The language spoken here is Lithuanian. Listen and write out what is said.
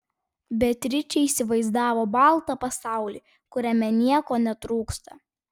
beatričė įsivaizdavo baltą pasaulį kuriame nieko netrūksta